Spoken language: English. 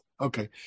Okay